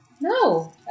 No